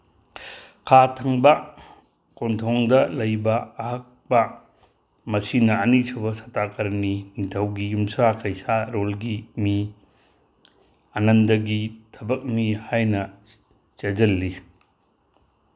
ꯈꯥ ꯊꯪꯕ ꯀꯣꯟꯊꯣꯡꯗ ꯂꯩꯕ ꯑꯍꯛꯄ ꯃꯁꯤꯅ ꯑꯅꯤꯁꯨꯕ ꯁꯇꯥꯀꯔꯅꯤ ꯅꯤꯡꯊꯧꯒꯤ ꯌꯨꯝꯁꯥ ꯀꯩꯁꯥꯔꯣꯜꯒꯤ ꯃꯤ ꯑꯅꯟꯗꯒꯤ ꯊꯕꯛꯅꯤ ꯍꯥꯏꯅ ꯆꯦꯖꯜꯂꯤ